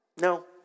No